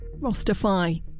Rostify